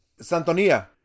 Santonia